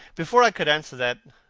before i could answer that,